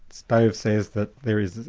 stove says that there is,